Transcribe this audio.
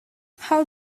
how